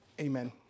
amen